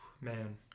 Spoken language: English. Man